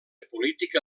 política